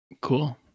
Cool